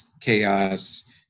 chaos